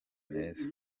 meza